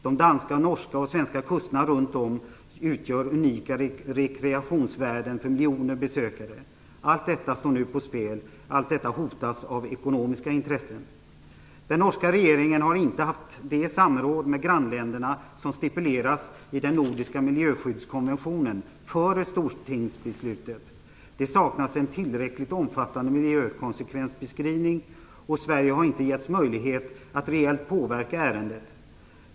De danska, norska och svenska kusterna runtom utgör unika rekreationsvärden för miljoner besökare. Allt detta står nu på spel. Allt detta hotas av ekonomiska intressen. Den norska regeringen har inte haft det samråd med grannländerna som stipuleras i den nordiska miljöskyddskonventionen före Stortingsbeslutet. Det saknas en tillräckligt omfattande miljökonsekvensbeskrivning, och Sverige har inte getts möjlighet att reellt påverka ärendet.